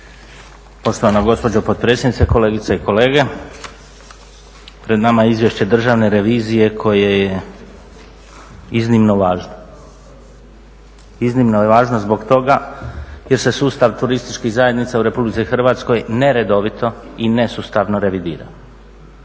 Poštovana gospođo potpredsjednice, kolegice i kolege. Pred nama je izvješće Državne revizije koje je iznimno važno. Iznimno je važno zbog toga jer se sustav turističkih zajednica u Republici Hrvatskoj neredovito i nesustavno revidira.